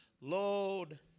Lord